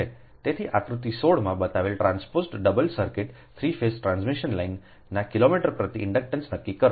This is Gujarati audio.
તેથીઆકૃતિ 16 માં બતાવેલટ્રાન્સપોઝ્ડ ડબલ સર્કિટની3 ફેઝ ટ્રાન્સમિશન લાઇનનાકિલોમીટર પ્રતિ ઇન્ડક્ટન્સ નક્કી કરો